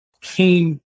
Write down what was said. came